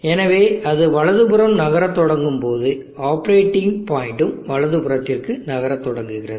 எனவே அது வலதுபுறம் நகரத் தொடங்கும் போது ஆப்பரேட்டிங் பாயிண்டும் வலது புறத்திற்கு நகரத் தொடங்குகிறது